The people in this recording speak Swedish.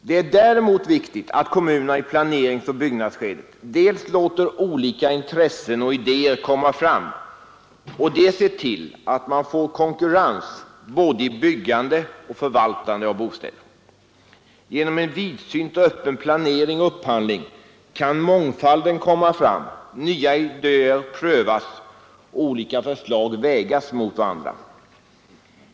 Det är däremot viktigt att kommunerna i planeringsoch byggnadsskedet dels låter olika intressen och idéer komma fram, dels ser till att man får konkurrens både i byggande och förvaltande av bostäder. Genom en vidsynt och öppen planering och upphandling kan mångfalden komma fram, nya idéer prövas och olika förslag vägas mot varandra.